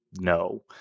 no